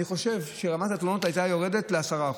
אני חושב שרמת התלונות הייתה יורדת ל-10%.